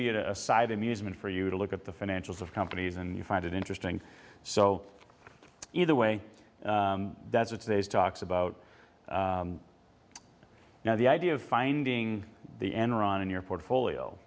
be a side amusement for you to look at the financials of companies and you find it interesting so either way that's what today's talks about now the idea of finding the enron in your portfolio